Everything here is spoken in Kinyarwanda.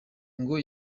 ngo